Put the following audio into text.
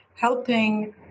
helping